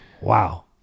wow